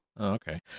Okay